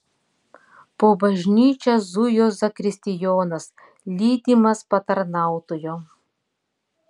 po bažnyčią zujo zakristijonas lydimas patarnautojo